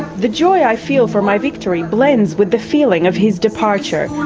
the joy i feel for my victory blends with the feeling of his departure.